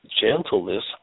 gentleness